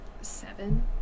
Seven